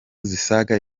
zisaga